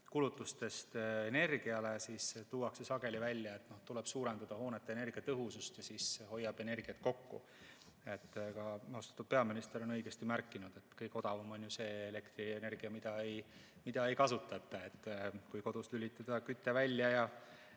kulutustest energiale, siis tuuakse sageli välja, et tuleb suurendada hoonete energiatõhusust ja see hoiab energiat kokku. Aga austatud peaminister on õigesti märkinud, et kõige odavam on ju see elektrienergia, mida ei kasutata. Kui kodus lülitada küte välja ja